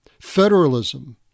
federalism